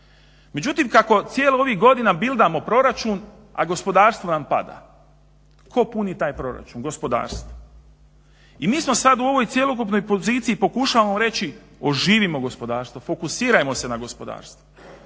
Međutim kako cijelih ovih godina bildamo proračun a gospodarstvo nam pada. Tko puni taj proračun? Gospodarstvo. I mi smo sad u ovoj cjelokupnoj poziciji, pokušamo reći, oživimo gospodarstvo, fokusiramo se na gospodarstvo.